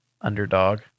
underdog